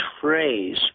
phrase